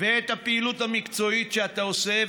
ואת הפעילות המקצועית שאתה עושה,